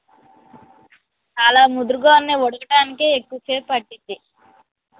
చాలా ముదురుగా ఉన్నాయి వండకటానికి ఎక్కువసేపు పట్టుద్ది